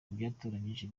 byatoranyijwe